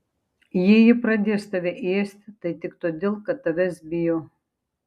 jei ji pradės tave ėsti tai tik todėl kad tavęs bijo